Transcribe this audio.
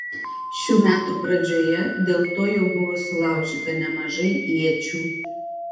šių metų pradžioje dėl to jau buvo sulaužyta nemažai iečių